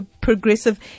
progressive